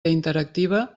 interactiva